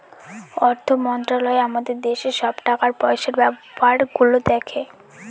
অর্থ মন্ত্রালয় আমাদের দেশের সব টাকা পয়সার ব্যাপার গুলো দেখে